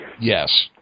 Yes